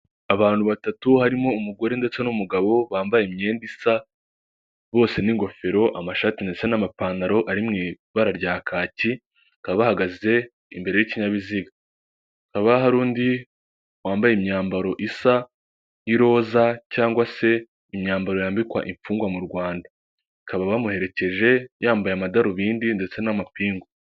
Abantu batatu harimo umugore ndetse n'umugabo bambaye imyenda isa bose n'ingofero amashati ndetse n'amapantaro ari mu ibara rya kaki, bakaba bahagaze imbere y'ikinyabiziga, hakaba hari undi wambaye imyambaro isa y'iroza cyangwa se imyambaro yambikwa imfungwa mu Rwanda, bakaba bamuherekeje yambaye amadarubindi ndetse n'amapingu.